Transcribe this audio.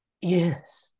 Yes